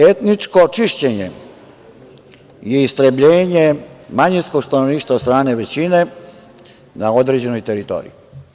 Etničko čišćenje je istrebljenje manjinsko stanovništva od strane većine na određenoj teritoriji.